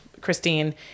Christine